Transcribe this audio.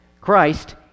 Christ